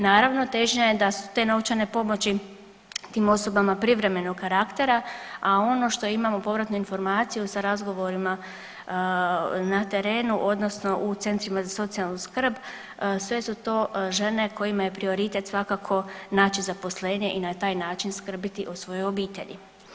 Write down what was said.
Naravno težnja je da su te novčane pomoći tim osobama privremenog karaktera, a ono što imamo povratnu informaciju sa razgovorima na terenu odnosno u centrima za socijalnu skrb sve su to žene kojima je prioritet svakako naći zaposlenje i na taj način skrbiti o svojoj obitelji.